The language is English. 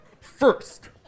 First